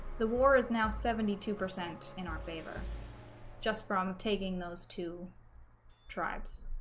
the war is now seventy two percent in our favor just from taking those two tribes